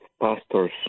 pastors